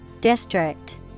District